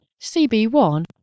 CB1